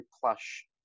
plush